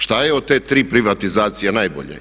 Šta je od te tri privatizacije najbolje?